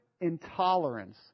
intolerance